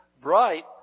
bright